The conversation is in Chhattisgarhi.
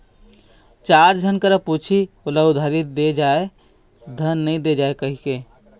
चार झन करा पुछही ओला उधारी दे जाय धन नइ दे जाय कहिके